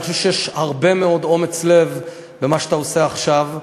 אני חושב שיש הרבה מאוד אומץ לב במה שאתה עושה עכשיו.